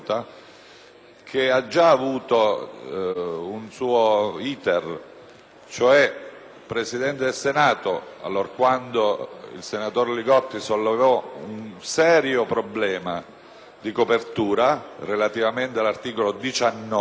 che ha già avuto un suo *iter*. Il Presidente del Senato, infatti, allorquando il senatore Li Gotti sollevò un serio problema di copertura relativamente all'articolo 19,